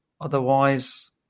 Otherwise